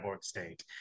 state